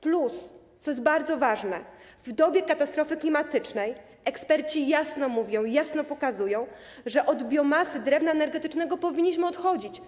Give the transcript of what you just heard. Plus, co jest bardzo ważne, w dobie katastrofy klimatycznej eksperci jasno mówią, jasno pokazują, że od tej biomasy, od drewna energetycznego powinniśmy odchodzić.